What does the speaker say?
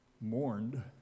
mourned